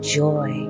joy